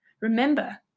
Remember